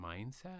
mindset